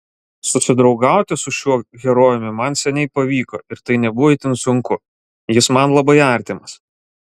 susidraugauti su šiuo herojumi man seniai pavyko ir tai nebuvo itin sunku jis man labai artimas